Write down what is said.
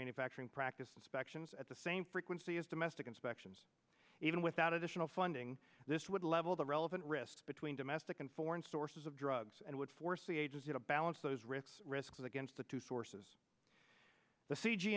manufacturing practices factions at the same frequency as domestic inspections even without additional funding this would level the relevant risk between domestic and foreign sources of drugs and would force the agency to balance those risks risks against the two sources the c g